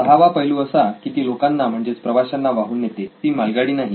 सहावा पैलु असा की ती लोकांना म्हणजेच प्रवाशांना वाहून नेते ती मालगाडी नाही